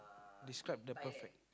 describe the prefect